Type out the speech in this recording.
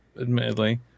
admittedly